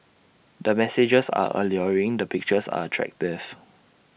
the messages are alluring the pictures are attractive